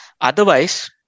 otherwise